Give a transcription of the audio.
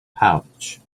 pouch